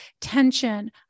tension